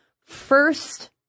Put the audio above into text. first